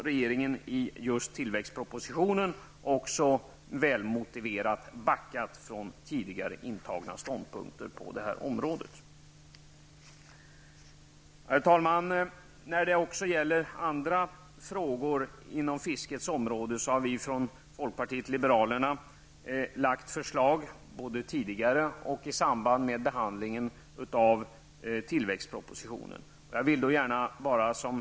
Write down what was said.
Regeringen har i just tillväxtpropositionen -- väl motiverat -- backat från tidigare intagna ståndpunkter på detta område. Herr talman! Folkpartiet liberalerna har både tidigare och i samband med behandlingen av tillväxtpropositionen lagt fram förslag när det gäller andra frågor på fiskets område.